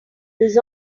this